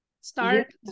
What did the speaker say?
Start